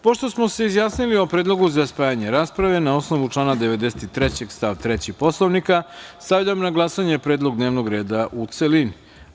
Pošto smo se izjasnili o predlogu za spajanje rasprave, na osnovu člana 93. stav 3. Poslovnika, stavljam na glasanje predlog dnevnog reda u celini.